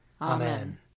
Amen